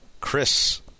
Chris